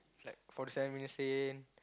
it's like forty seven minutes in